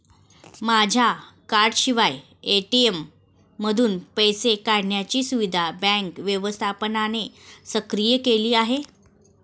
माझ्या कार्डाशिवाय ए.टी.एम मधून पैसे काढण्याची सुविधा बँक व्यवस्थापकाने सक्रिय केली आहे